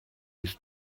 his